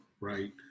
right